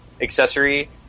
accessory